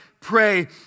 pray